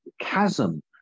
chasm